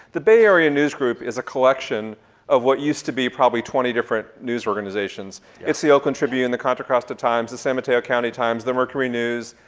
the bay area news group is a collection of what used to be probably twenty different news organizations. it's the oakland tribune, the contra costa times, the san mateo county times, the mercury news,